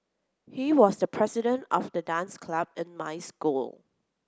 he was the president of the dance club in my school